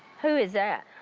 who is that?